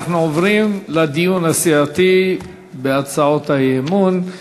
אנחנו עוברים לדיון הסיעתי בהצעות האי-אמון.